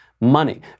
money